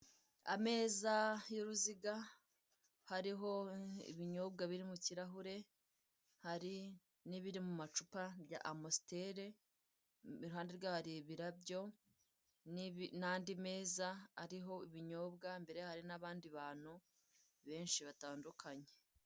Ameza y'uruziga, hariho ibinyobwa biri mu kirahure, hari n'ibiri mu macupa, bya amositere, iruhande rwaho hari ibirabyo n'andi meza ariho ibinyobwa, imbere yaho hari abandi bantu benshi batandukanye.